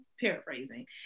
paraphrasing